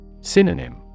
Synonym